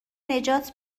نجات